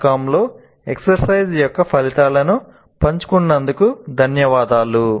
com లో exercise యొక్క ఫలితాలను పంచుకున్నందుకు ధన్యవాదాలు